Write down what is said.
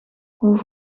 hoe